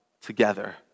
together